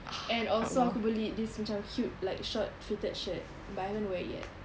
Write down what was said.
and also aku beli this macam cute short fitted shirt but I haven't wear it yet